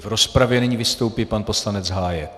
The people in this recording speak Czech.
V rozpravě nyní vystoupí pan poslanec Hájek.